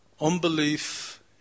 Unbelief